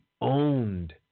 owned